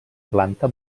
planta